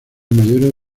mayores